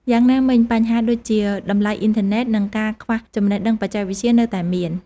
យ៉ាងណាមិញ បញ្ហាដូចជា តម្លៃអ៊ីនធឺណេត និងការខ្វះចំណេះដឹងបច្ចេកវិទ្យានៅតែមាន។